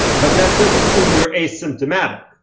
but that does assume you're asymptomatic.